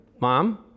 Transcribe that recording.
Mom